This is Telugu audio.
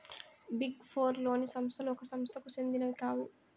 బిగ్ ఫోర్ లోని సంస్థలు ఒక సంస్థకు సెందినవి కావు